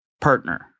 partner